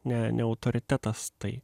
ne ne autoritetas tai